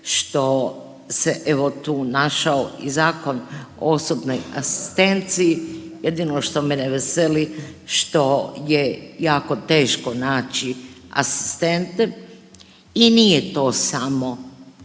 što se evo tu našao i Zakon o osobnoj asistenciji, jedino što me ne veseli što je jako teško naći asistente i nije to samo,